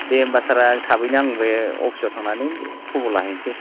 दे होमब्ला सारा थाबैनो आं बे अफिसाव थांनानै खबर लाहैसै